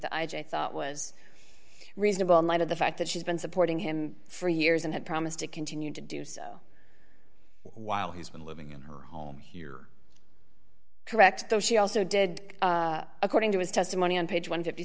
that i thought was reasonable in light of the fact that she's been supporting him for years and had promised to continue to do so while he's been living in her home here correct though she also did according to his testimony on page one fifty